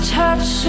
touch